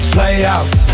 Playhouse